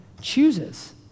chooses